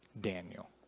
Daniel